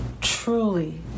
truly